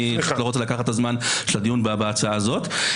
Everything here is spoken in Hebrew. לא רוצה לקחת את הזמן של הדיון בהצעה הזאת.